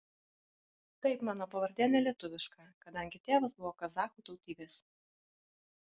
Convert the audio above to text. taip mano pavardė ne lietuviška kadangi tėvas buvo kazachų tautybės